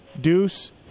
Deuce